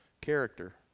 character